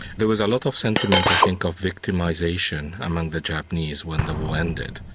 there was a lot of sentiment i think of victimisation among the japanese when the war ended.